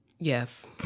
Yes